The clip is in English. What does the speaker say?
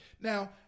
now